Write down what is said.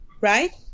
Right